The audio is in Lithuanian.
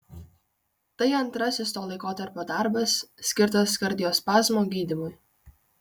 tai antrasis to laikotarpio darbas skirtas kardiospazmo gydymui